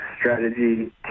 strategy